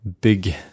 big